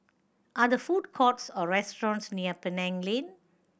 are there food courts or restaurants near Penang Lane